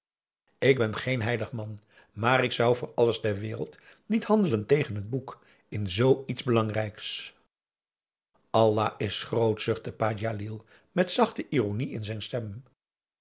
ik ben geen heilig man maar ik zou voor alles ter wereld niet handelen tegen het boek in zoo iets belangrijks allah is groot zuchtte pa djalil met zachte ironie in zijn stem